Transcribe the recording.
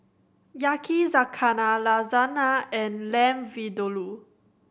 Yakizakana Lasagna and Lamb Vindaloo